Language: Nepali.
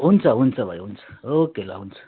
हुन्छ हुन्छ भाइ हुन्छ ओके ल हुन्छ